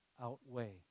Outweigh